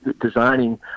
designing